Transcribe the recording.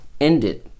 ended